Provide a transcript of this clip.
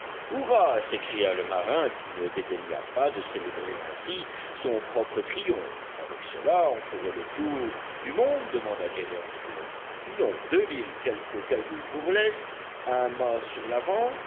hurrah s'écria le marin qui ne dédaigna pas de célébrer ainsi son propre triomphe avec cela on ferait le tour du monde demanda gédéon spilett non de l'île quelques cailloux pour lest un mât sur l'avant